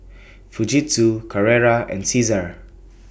Fujitsu Carrera and Cesar